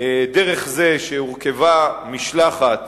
דרך זה שהורכבה המשלחת